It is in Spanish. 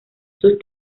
sus